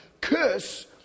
curse